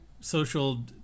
social